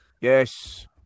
Yes